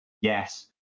yes